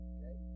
Okay